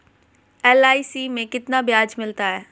LIC में कितना ब्याज मिलता है?